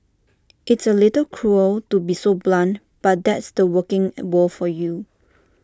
it's A little cruel to be so blunt but that's the working world for you